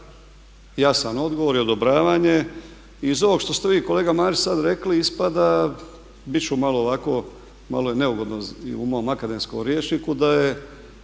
ja sam odgovor i odobravanje. Iz ovog što ste vi kolega Marić sada rekli, ispada, bit ću malo ovako, malo je neugodno i u mom akademskom rječniku da je